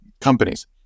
companies